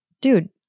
Dude